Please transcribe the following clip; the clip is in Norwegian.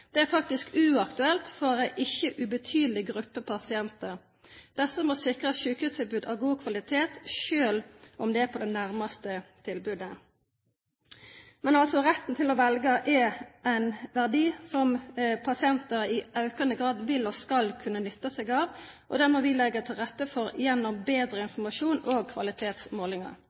nabobyen, er faktisk uaktuelt for en ikke ubetydelig gruppe pasienter. Disse må sikres sykehustilbud av god kvalitet, selv om det er det nærmeste tilbudet. Men retten til å velge er en verdi som pasienter i økende grad vil, og skal, kunne nytte seg av, og det må vi legge til rette for gjennom bedre informasjon og kvalitetsmålinger.